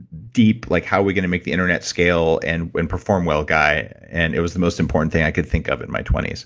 deep, like, how are we gonna make the internet scale and and perform well guy, and it was the most important thing i could think of in my twenty s.